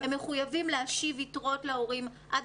הם מחויבים להשיב יתרות להורים עד